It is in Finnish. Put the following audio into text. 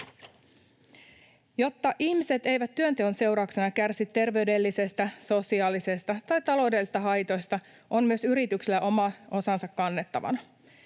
Jotta ihmiset eivät työnteon seurauksena kärsi terveydellisistä, sosiaalisista tai taloudellisista haitoista, on myös yrityksillä oma osansa kannettavana.